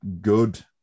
good